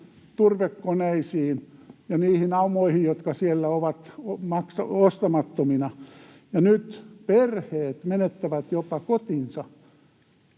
turvekoneisiin ja niihin aumoihin, jotka siellä ovat ostamattomina, ja nyt perheet menettävät jopa kotinsa